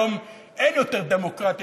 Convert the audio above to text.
היום אין יותר דמוקרטיה,